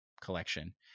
collection